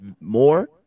more